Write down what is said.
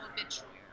obituary